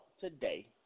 Today